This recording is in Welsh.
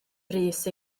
brys